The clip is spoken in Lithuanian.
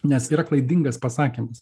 nes yra klaidingas pasakymas